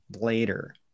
later